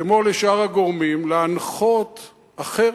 כמו לשאר הגורמים, להנחות אחרת,